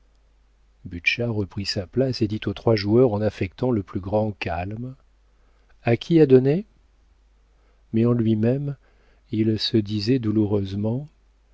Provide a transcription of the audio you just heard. reprit sa place et dit aux trois joueurs en affectant le plus grand calme a qui à donner mais en lui-même il se disait douloureusement